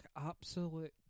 absolute